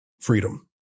freedom